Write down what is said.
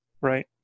Right